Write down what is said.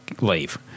leave